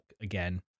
again